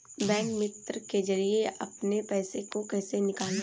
Bank मित्र के जरिए अपने पैसे को कैसे निकालें?